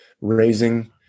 raising